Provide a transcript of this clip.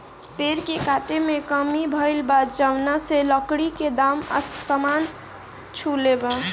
पेड़ के काटे में कमी भइल बा, जवना से लकड़ी के दाम आसमान छुले बा